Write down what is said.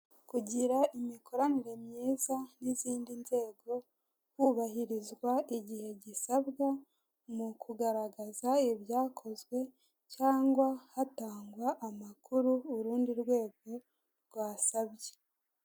Kugira imikoranire myiza nizindi nzego hubahirizwa igihe gisabwa mukugaragaza ibyakozwe cyangwa hatangwa amakuru urundi rwego rwasabye.